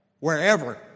Wherever